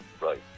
Right